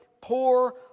poor